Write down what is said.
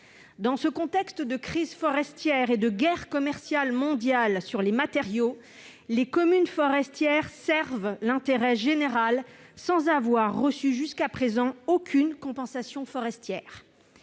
Dans ce contexte de crise forestière et de guerre commerciale mondiale sur les matériaux, les communes forestières servent l'intérêt général sans recevoir, jusqu'à présent, aucune compensation financière.